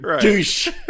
Douche